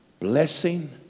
Blessing